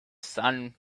sun